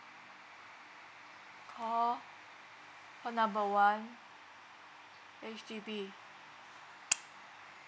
call call number one H_D_B